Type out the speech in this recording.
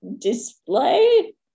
display